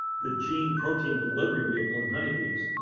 the gene protein delivery vehicle in honeybees.